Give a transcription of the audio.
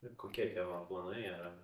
ir kokie tie va planai yra